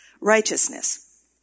Righteousness